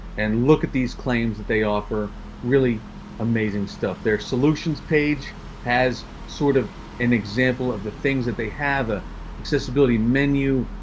and look at these claims that they offer really amazing stuff. their solutions page has sort of an example of the things that they have ah accessibility menu,